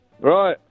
Right